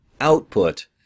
output